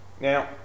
Now